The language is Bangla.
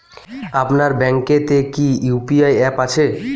আপনার ব্যাঙ্ক এ তে কি ইউ.পি.আই অ্যাপ আছে?